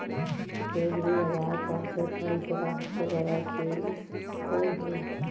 एग्रिबाजार पर से खरीदे ला सबसे अच्छा चीज कोन हई?